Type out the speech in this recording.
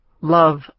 love